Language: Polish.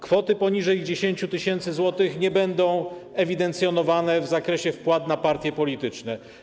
Kwoty poniżej 10 tys. zł nie będą ewidencjonowane w zakresie wpłat na partie polityczne.